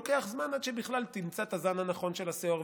לוקח זמן עד שבכלל תמצא את הזן הנכון של השאור,